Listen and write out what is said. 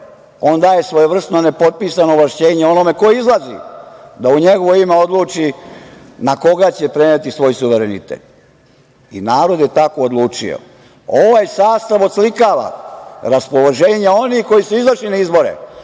on daje svojevrsno nepotpisano ovlašćenje onome ko izađe na izbore da u njegovo ime odluči na koga će preneti svoj suverenitet i narod je tako odlučio. Ovaj sastav oslikava raspoloženje onih koji su izašli na izbore,